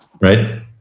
Right